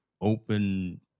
open